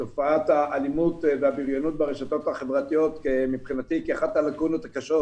את תופעת האלימות והבריונות ברשתות החברתיות מבחינתי כאחת הלקונות הקשות